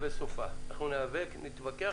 נתווכח,